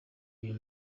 uyu